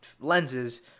lenses